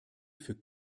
für